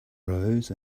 arose